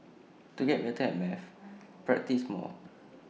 to get better at maths practise more